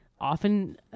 often